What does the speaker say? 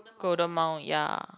Golden Mile ya